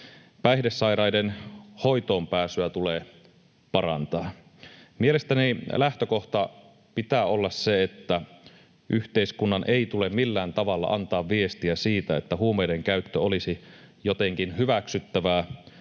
Päihdesairaiden hoitoonpääsyä tulee parantaa. Mielestäni lähtökohta pitää olla se, että yhteiskunnan ei tule millään tavalla antaa viestiä siitä, että huumeiden käyttö olisi jotenkin hyväksyttävää